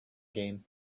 game